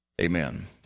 amen